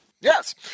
Yes